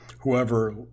Whoever